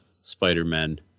spider-man